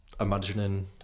imagining